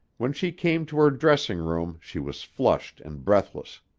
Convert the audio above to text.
when she came to her dressing-room she was flushed and breathless.